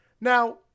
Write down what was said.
now